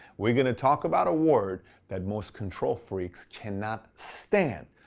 we're going to talk about a word that most control freaks cannot stand.